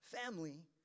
family